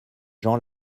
gens